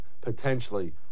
potentially